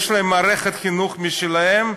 יש להם מערכת חינוך משלהם,